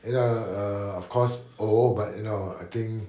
you know err of course old but you know I think